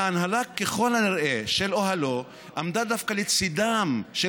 ההנהלה של אוהלו ככל הנראה עמדה דווקא לצידם של